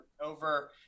over